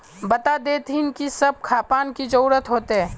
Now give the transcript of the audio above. बता देतहिन की सब खापान की जरूरत होते?